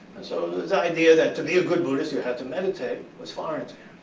and so this idea that to be a good buddhist, you have to meditate was foreign to